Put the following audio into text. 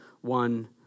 one